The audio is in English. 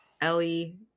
Ellie